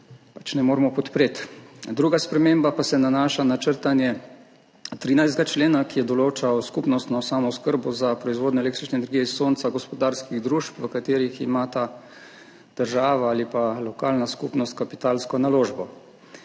je ne moremo podpreti. Druga sprememba pa se nanaša na črtanje 13. člena, ki je določal skupnostno samooskrbo za proizvodnjo električne energije iz sonca gospodarskih družb, v katerih imata država ali pa lokalna skupnost kapitalsko naložbo.